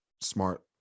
smart